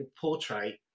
portrait